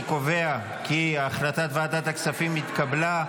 אני קובע כי החלטת ועדת הכספים התקבלה.